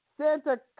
Santa